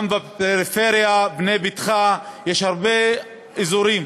גם בפריפריה, "בנה ביתך" יש הרבה אזורים.